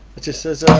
it just says